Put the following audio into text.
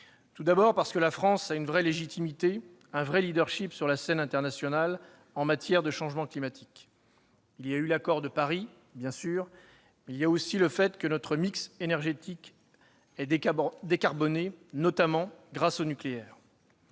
Tout d'abord, parce que la France a une vraie légitimité, un vrai leadership, sur la scène internationale en matière de changement climatique. Il y a bien sûr eu l'accord de Paris, mais il y a aussi le fait que notre électrique est décarboné, notamment grâce au nucléaire.